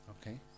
okay